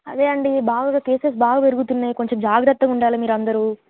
అదే అండి బాగా కేసెస్ బాగా పెరుగుతున్నాయి కొంచెం జాగ్రత్తగా ఉండాలి మీరు అందరు